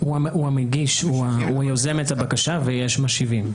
הוא היוזם את הבקשה ויש משיבים.